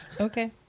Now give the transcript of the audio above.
Okay